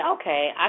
okay